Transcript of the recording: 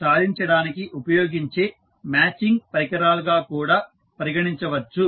సాధించడానికి ఉపయోగించే మ్యాచింగ్ పరికరాలుగా కూడా పరిగణించవచ్చు